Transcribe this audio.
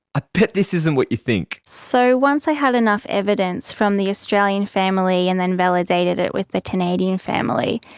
i bet this isn't what you think. so once i had enough evidence from the australian family and then validated it with the canadian family,